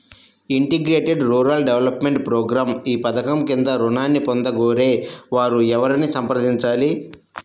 Integrated rural development programme ఈ పధకం క్రింద ఋణాన్ని పొందగోరే వారు ఎవరిని సంప్రదించాలి?